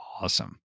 awesome